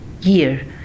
year